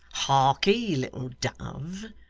harkye, little dove,